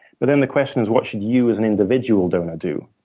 but then the question is, what should you as an individual donor do?